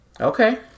Okay